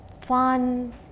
fun